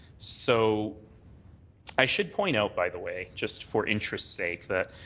so i should point out, by the way, just for interest's sake, that